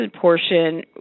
portion